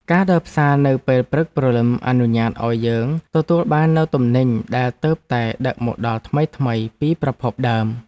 ការដើរផ្សារនៅពេលព្រឹកព្រលឹមអនុញ្ញាតឱ្យយើងទទួលបាននូវទំនិញដែលទើបតែដឹកមកដល់ថ្មីៗពីប្រភពដើម។